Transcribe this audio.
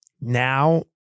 Now